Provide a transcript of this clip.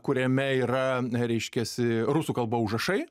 kuriame yra reiškiasi rusų kalba užrašai